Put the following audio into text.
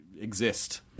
exist